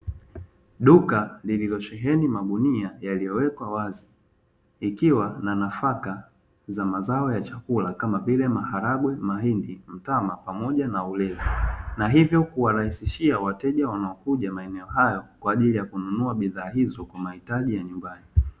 Duka lililosheheni magunia yaliyowekwa wazi ikiwa na nafaka za mazao ya chakula kama vile maharagwe, mahindi, mtama pamoja na ulezi na hivo kuwarahisishia wateja wanaokuja maeneo hayo kwa ajili ya kununua bidhaa hizo kwa mahitaji ya nyumbani.